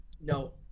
No